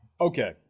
Okay